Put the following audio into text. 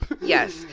Yes